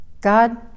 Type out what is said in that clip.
God